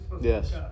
yes